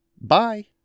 Bye